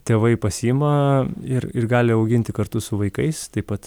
tėvai pasiima ir ir gali auginti kartu su vaikais taip pat